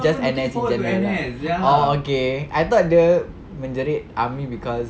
just N_S in general lah oh okay I thought dia menjerit army cause